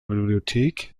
bibliothek